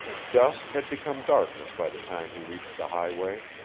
dusk had become darkness by the time he reached the highway.